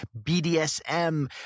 BDSM